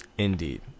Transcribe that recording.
Indeed